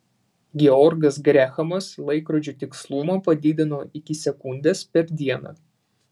georgas grehamas laikrodžių tikslumą padidino iki sekundės per dieną